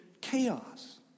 chaos